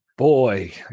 Boy